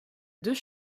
deux